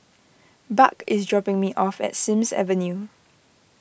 Buck is dropping me off at Sims Avenue